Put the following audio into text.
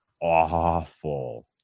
awful